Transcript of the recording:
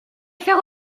faire